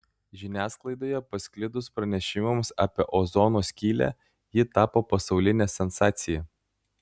žiniasklaidoje pasklidus pranešimams apie ozono skylę ji tapo pasauline sensacija